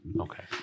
Okay